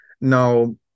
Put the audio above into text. now